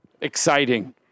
Exciting